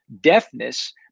deafness